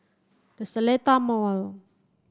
The Seletar Mall